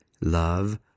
love